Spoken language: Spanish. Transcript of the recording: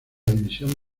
división